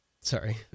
sorry